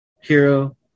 hero